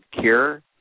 cure